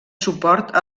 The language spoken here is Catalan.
suport